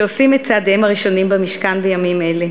שעושים את צעדיהם הראשונים במשכן בימים אלה.